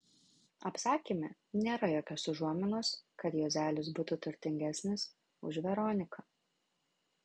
apsakyme nėra jokios užuominos kad juozelis būtų turtingesnis už veroniką